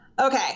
okay